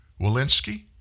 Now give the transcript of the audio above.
Walensky